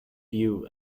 view